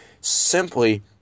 Simply